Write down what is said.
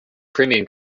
crimean